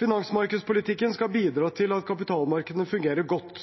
Finansmarkedspolitikken skal bidra til at kapitalmarkedene fungerer godt.